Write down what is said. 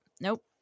nope